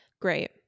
Great